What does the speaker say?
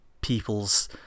people's